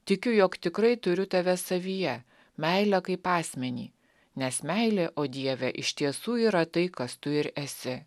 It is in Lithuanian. tikiu jog tikrai turiu tave savyje meilę kaip asmenį nes meilė o dieve iš tiesų yra tai kas tu ir esi